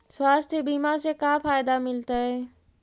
स्वास्थ्य बीमा से का फायदा मिलतै?